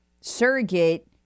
surrogate